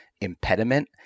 impediment